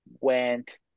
went